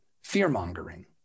fear-mongering